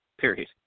period